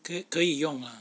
可以用 ah